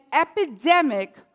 epidemic